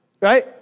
right